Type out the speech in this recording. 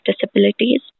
disabilities